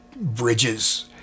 bridges